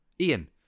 Ian